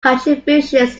contributions